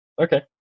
Okay